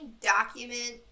document